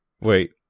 Wait